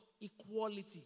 equality